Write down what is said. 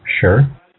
Sure